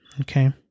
Okay